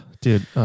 dude